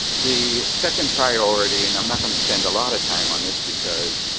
the second priority, and i'm not going to spend a lot of time on this because